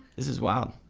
this is wow.